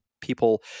people